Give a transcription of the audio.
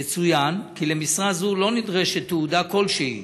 יצוין כי למשרה זו לא נדרשה תעודה כלשהי